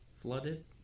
flooded